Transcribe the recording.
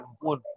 One